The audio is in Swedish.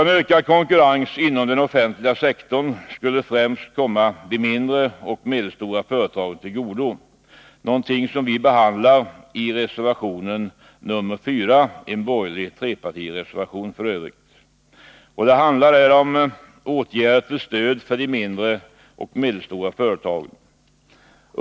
En ökad konkurrens inom den offentliga sektorn skulle främst komma de mindre och medelstora företagen till godo, något som vi behandlar i reservation nr 4, en borgerlig trepartireservation om åtgärder till stöd för de mindre och medelstora företagen.